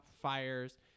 fires –